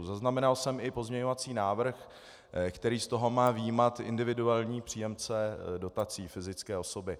Zaznamenal jsem i pozměňovací návrh, který z toho má vyjímat individuální příjemce dotací, fyzické osoby.